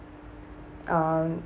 um